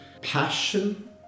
passion